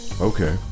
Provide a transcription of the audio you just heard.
Okay